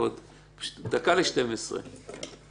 ועוד דקה ל-24:00.